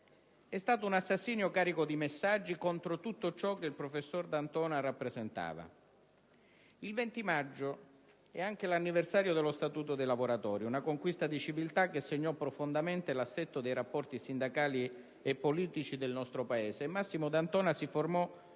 È stato un assassinio carico di messaggi contro tutto ciò che il professor D'Antona rappresentava. Il 20 maggio è anche l'anniversario dello Statuto dei lavoratori, una conquista di civiltà che segnò profondamente l'assetto dei rapporti sindacali e politici del nostro Paese, e Massimo D'Antona si formò